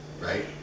right